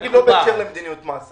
אני אגיד לא בהתאם למדיניות המס.